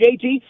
JT